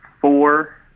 four